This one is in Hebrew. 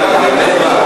וגם בצבא.